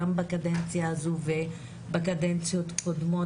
גם בקדנציה הזו וגם בקדנציות קודמות,